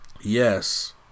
Yes